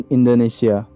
Indonesia